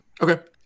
Okay